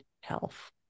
health